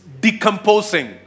decomposing